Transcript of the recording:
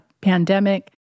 pandemic